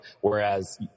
whereas